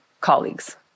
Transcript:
colleagues